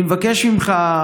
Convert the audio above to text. אני מבקש ממך,